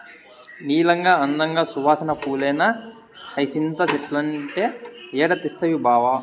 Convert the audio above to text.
నీలంగా, అందంగా, సువాసన పూలేనా హైసింత చెట్లంటే ఏడ తెస్తవి బావా